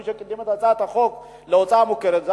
מי שקידם את הצעת החוק להוצאה מוכרת היה